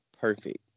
perfect